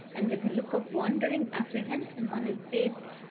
and with a look of wondering apprehension on his face,